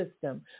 system